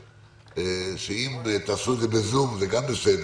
אם תעשו את זה בזום, זה גם בסדר,